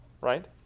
right